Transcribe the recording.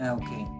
okay